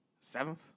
Seventh